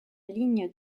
ligne